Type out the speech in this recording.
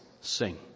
sing